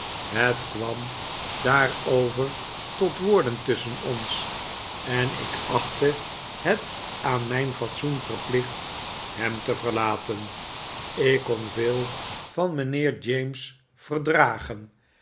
het kwam daarover tot woorden tusschen ons en ik achtte het aan mijn fatsoen verplicht hem te verlaten ik kon veel van mijnheer james verdragen